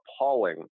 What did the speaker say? appalling